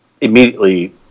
immediately